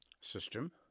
system